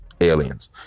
aliens